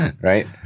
right